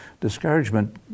discouragement